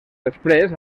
després